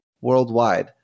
Worldwide